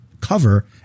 cover